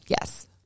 Yes